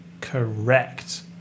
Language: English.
Correct